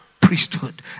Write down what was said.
priesthood